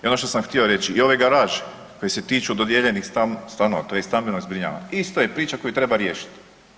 I ono što sam htio reći i ove garaže koje se tiču dodijeljenih stanova tj. stambeno zbrinjavanje isto je priča koju treba riješiti.